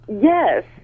yes